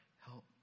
help